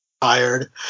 tired